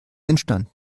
entstanden